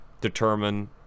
determine